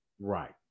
Right